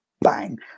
bang